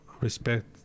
respect